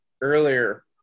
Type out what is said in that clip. earlier